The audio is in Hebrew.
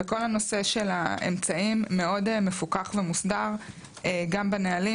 וכל הנושא של האמצעים מאוד מפוקח ומוסדר גם בנהלים,